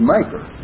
Maker